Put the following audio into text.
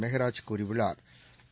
மெகராஜ் கூறியுள்ளாா்